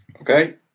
Okay